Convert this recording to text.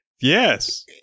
Yes